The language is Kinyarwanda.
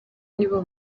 nibo